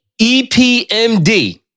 EPMD